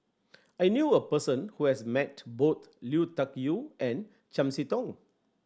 I knew a person who has met both Lui Tuck Yew and Chiam See Tong